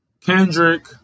Kendrick